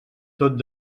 tot